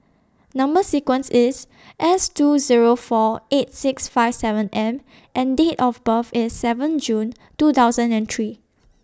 Number sequence IS S two Zero four eight six five seven M and Date of birth IS seven June two thousand and three